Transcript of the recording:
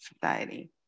society